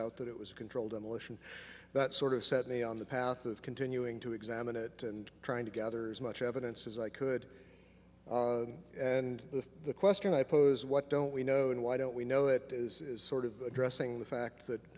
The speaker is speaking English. doubt that it was a controlled demolition that sort of set me on the path of continuing to examine it and trying to gather as much evidence as i could and the question i pose what don't we know and why don't we know it is sort of addressing the fact that